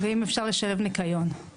ואם אפשר לשלב ניקיון.